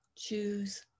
Choose